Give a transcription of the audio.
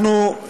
אנחנו,